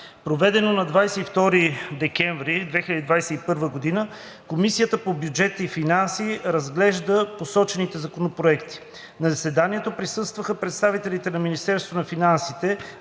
проведено на 22 декември 2021 г., Комисията по бюджет и финанси разгледа посочените законопроекти. На заседанието присъстваха представителите на Министерството на финансите: